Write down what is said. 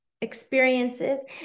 experiences